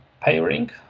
pairing